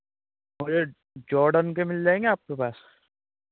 और यह जॉर्डन के मिल जाएँगे आपके पास